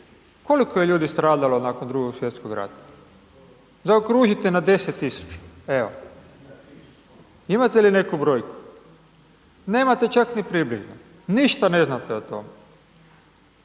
koliko je ljudi stradalo nakon Drugog svjetskog rata? Zaokružite na 10 000, evo, imate li neku brojku? Nemate čak ni približno, ništa ne znate o tome.